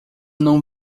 não